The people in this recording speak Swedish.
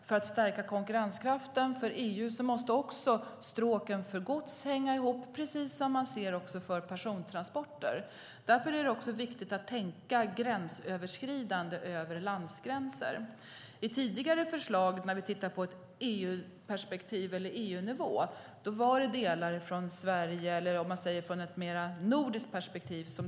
För att stärka konkurrenskraften inom EU måste stråken för gods hänga ihop precis som för persontransporter. Därför är det viktigt att tänka gränsöverskridande över landsgränser. I tidigare förslag på EU-nivå fanns inte det nordiska perspektivet med.